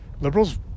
Liberals